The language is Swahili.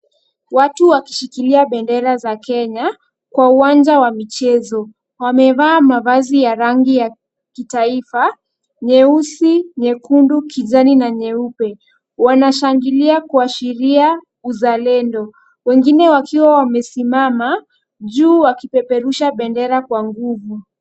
Watu wakishikilia bendera za Kenya kwa uwanja wa michezo. Wamevaa mavazi ya rangi ya kitaifa, nyeusi, nyekundu, kijani na nyeupe. Wanashangilia kuashiria uzalendo, wengine wakiwa wamesimama juu wakipeperusha bendera kwa nguvu.